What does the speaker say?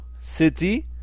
City